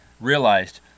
realized